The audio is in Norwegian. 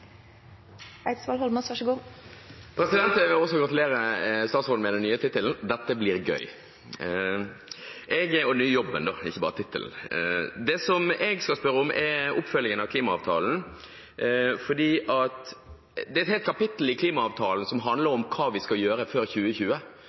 Jeg vil også gratulere statsråden med den nye tittelen – og den nye jobben. Dette blir gøy! Det jeg skal spørre om, er oppfølgingen av klimaavtalen. Det er et helt kapittel i klimaavtalen som handler om hva vi skal gjøre før 2020